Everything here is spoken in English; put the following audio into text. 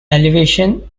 elevation